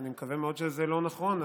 אני מקווה מאוד שזה לא נכון,